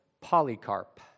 Polycarp